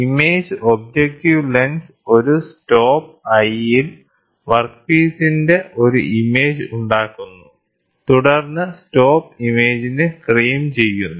image objective lens ഒരു stop I1 ൽ വർക്ക്പീസിന്റെ ഒരു ഇമേജ് ഉണ്ടാക്കുന്നു തുടർന്ന് സ്റ്റോപ്പ് ഇമേജിനെ ഫ്രെയിം ചെയ്യുന്നു